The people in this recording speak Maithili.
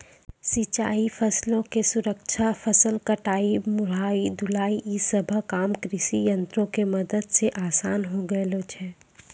सिंचाई, फसलो के सुरक्षा, फसल कटाई, मढ़ाई, ढुलाई इ सभ काम कृषियंत्रो के मदत से असान होय गेलो छै